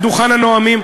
מעל דוכן הנואמים.